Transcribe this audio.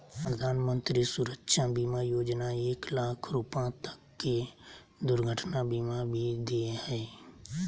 प्रधानमंत्री सुरक्षा बीमा योजना एक लाख रुपा तक के दुर्घटना बीमा भी दे हइ